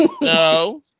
No